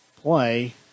play